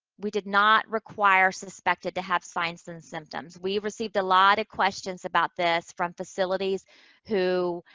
we did not require suspected to have signs and symptoms. we received a lot of questions about this from facilities who